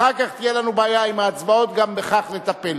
אחר כך תהיה לנו בעיה עם ההצבעות, גם בכך נטפל.